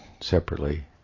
separately